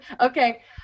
Okay